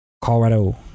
Colorado